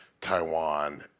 Taiwan